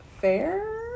fair